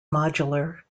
modular